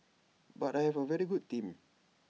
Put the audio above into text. but I have A very good team